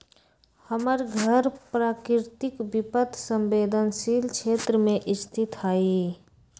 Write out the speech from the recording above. हमर घर प्राकृतिक विपत संवेदनशील क्षेत्र में स्थित हइ